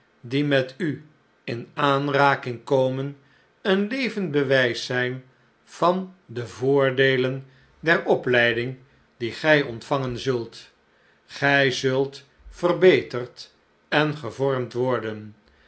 die met u in aanraking komen een levend bewijs zijn van de voordeelen der opleiding die gij ontvangen zult gij zult verbeterd en gevormd worden